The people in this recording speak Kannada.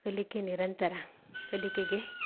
ಕಲಿಕೆ ನಿರಂತರ ಕಲಿಕೆಗೆ